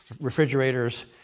refrigerators